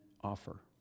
offer